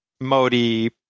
Modi